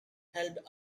helped